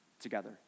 together